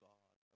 God